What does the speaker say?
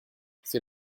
c’est